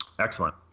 Excellent